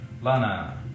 Lana